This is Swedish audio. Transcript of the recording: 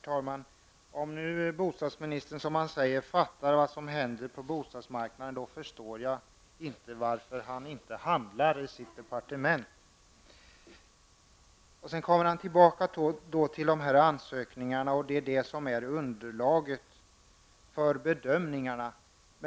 Herr talman! Om nu bostadsministern, som han säger, fattar vad som händer på bostadsmarknaden, förstår jag inte varför han inte handlar i sitt departement. Han kommer tillbaka till ansökningarna och att de är underlaget för bedömningarna.